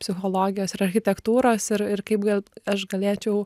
psichologijos ir architektūros ir ir kaip gal aš galėčiau